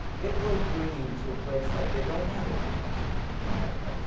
it will bring you to a place that they don't have anywhere else in america.